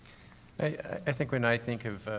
i think when i think of,